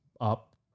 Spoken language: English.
up